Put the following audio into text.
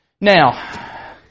Now